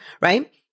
right